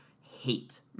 hate